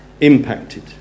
impacted